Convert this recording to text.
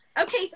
Okay